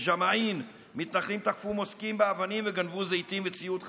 בג'מעין מתנחלים תקפו מוסקים באבנים וגנבו זיתים וציוד חקלאי,